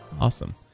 Awesome